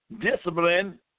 discipline